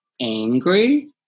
angry